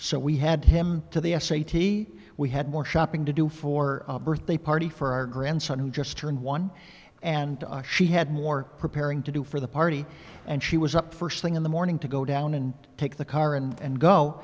so we had him to the s a t we had more shopping to do for a birthday party for our grandson who just turned one and to us she had more preparing to do for the party and she was up first thing in the morning to go down and take the car and go and